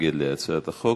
מתנגד להצעת החוק.